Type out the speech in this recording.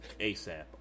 ASAP